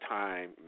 time